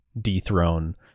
dethrone